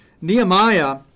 Nehemiah